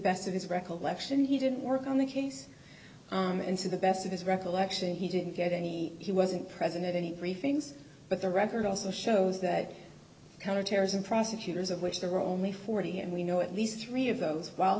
best of his recollection he did work on the case and to the best of his recollection he didn't get any he wasn't present at any briefings but the record also shows that counterterrorism prosecutors of which there were only forty and we know at least three of those while